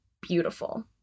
beautiful